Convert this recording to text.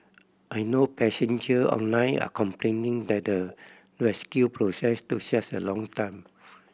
I know passenger online are complaining that the rescue process took such a long time